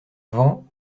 avant